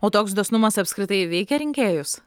o toks dosnumas apskritai veikia rinkėjus